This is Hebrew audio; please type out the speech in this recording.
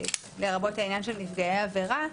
לרבות העניין של נפגעי עבירה,